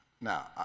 Now